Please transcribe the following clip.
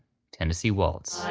tennessee waltz.